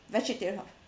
vegetarian